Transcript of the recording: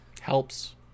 Helps